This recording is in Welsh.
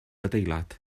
adeilad